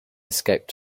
escaped